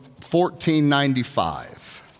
1495